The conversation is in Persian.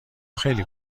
خیلی